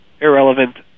irrelevant